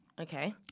Okay